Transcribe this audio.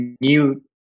new